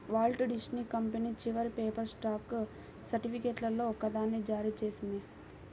Walt Disney company చివరి paper stock సర్టిఫికేట్లలో ఒకదాన్ని జారీ చేసింది